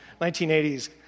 1980s